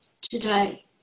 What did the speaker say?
today